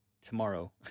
tomorrow